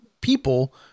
people